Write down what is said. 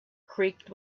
creaked